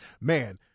Man